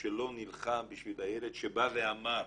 שלא נלחם בשביל הילד שבא ואמר,